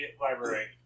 Library